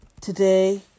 Today